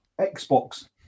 xbox